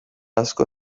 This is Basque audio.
asko